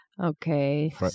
Okay